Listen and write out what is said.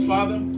Father